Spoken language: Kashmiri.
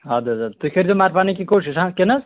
اَدٕ حظ اَدٕ تُہۍ کٔرۍزیٚو مگر پَنٕنۍ کِنۍ کوٗشِش ہا کِنہٕ حظ